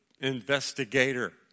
investigator